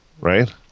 right